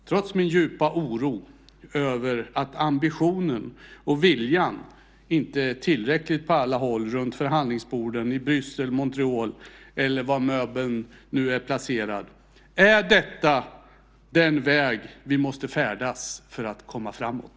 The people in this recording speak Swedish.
Trots min djupa oro över att ambitionen och viljan inte är tillräcklig runt förhandlingsborden i Bryssel, Montreal eller var möbeln än är placerad är detta den väg vi måste färdas för att komma framåt.